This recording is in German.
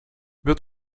wird